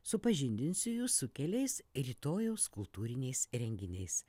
supažindinsiu jus su keliais rytojaus kultūriniais renginiais